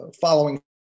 following